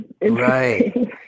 Right